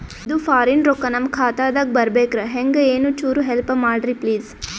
ಇದು ಫಾರಿನ ರೊಕ್ಕ ನಮ್ಮ ಖಾತಾ ದಾಗ ಬರಬೆಕ್ರ, ಹೆಂಗ ಏನು ಚುರು ಹೆಲ್ಪ ಮಾಡ್ರಿ ಪ್ಲಿಸ?